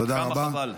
כמה חבל.